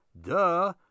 duh